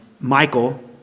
Michael